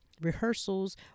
rehearsals